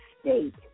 state